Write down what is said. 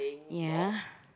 ya